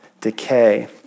decay